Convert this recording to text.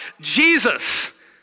Jesus